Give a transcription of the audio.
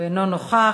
אינו נוכח.